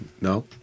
No